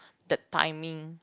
the timing